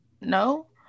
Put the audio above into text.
no